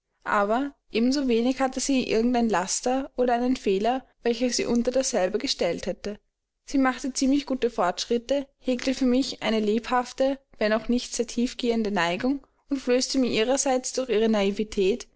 aber ebenso wenig hatte sie irgend ein laster oder einen fehler welcher sie unter dasselbe gestellt hätte sie machte ziemlich gute fortschritte hegte für mich eine lebhafte wenn auch nicht sehr tiefgehende neigung und flößte mir ihrerseits durch ihre naivetät